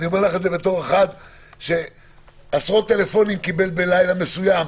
אני אומר את זה כאחד שעשרות טלפונים קיבל בלילה מסוים,